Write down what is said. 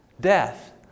Death